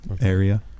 area